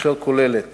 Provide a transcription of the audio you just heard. אשר כוללת